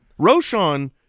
Roshan